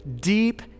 deep